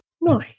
Nice